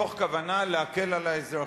מתוך כוונה להקל על האזרחים.